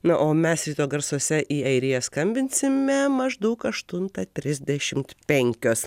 na o mes ryto garsuose į airiją skambinsime maždaug aštuntą trisdešimt penkios